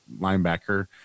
linebacker